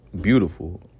beautiful